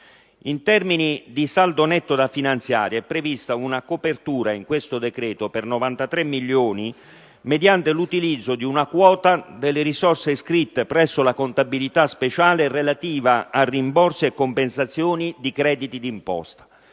In termini di saldo netto da finanziare, è prevista una copertura in questo decreto per 93 milioni mediante l'utilizzo di una quota delle risorse iscritte presso la contabilità speciale relativa a rimborsi e compensazioni di crediti d'imposta: